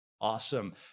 Awesome